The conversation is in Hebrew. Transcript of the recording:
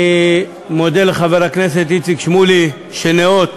אני מודה לחבר הכנסת איציק שמולי שניאות